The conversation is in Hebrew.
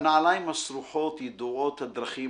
בַּנַּעֲלַיִם הַסְּרוּחוֹת יְדוּעוֹת הַדְּרָכִים